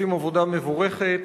עושים עבודה מבורכת,